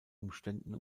umständen